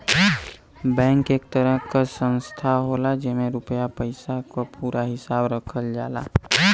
bank एक तरह संस्था होला जेमन रुपया पइसा क पूरा हिसाब रखल जाला